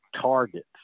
targets